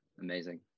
Amazing